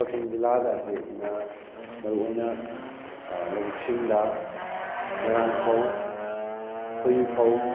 ꯀꯛꯆꯤꯡ ꯖꯤꯜꯂꯥꯗ ꯑꯩꯈꯣꯏꯅ ꯃꯔꯨ ꯑꯣꯏꯅ ꯂꯧꯕꯨꯛꯁꯤꯡꯗ ꯃꯣꯏꯔꯥꯡ ꯐꯧ ꯊꯣꯏꯕꯤ ꯐꯧ